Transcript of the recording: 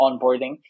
onboarding